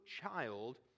child